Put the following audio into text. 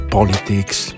politics